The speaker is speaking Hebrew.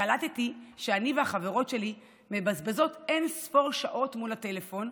קלטתי שאני והחברות שלי מבזבזות אין-ספור שעות מול הטלפון,